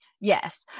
yes